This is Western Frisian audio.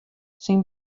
syn